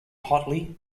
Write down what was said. hotly